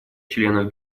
членов